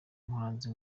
muhanzi